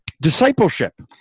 Discipleship